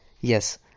Yes